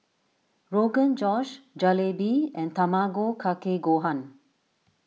Rogan Josh Jalebi and Tamago Kake Gohan